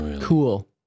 cool